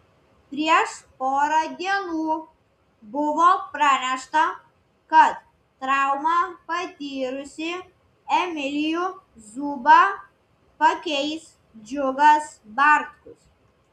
prieš porą dienų buvo pranešta kad traumą patyrusį emilijų zubą pakeis džiugas bartkus